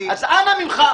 אז אנא ממך,